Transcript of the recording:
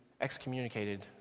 excommunicated